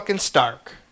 Stark